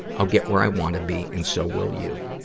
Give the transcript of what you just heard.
i'll get where i wanna be, and so will you.